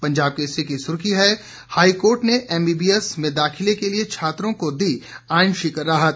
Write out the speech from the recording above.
पंजाब केसरी की सुर्खी है हाई कोर्ट ने एमबीबीएस में दाखिले के लिए छात्रों को दी आंशिक राहत